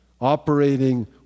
Operating